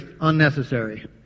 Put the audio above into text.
unnecessary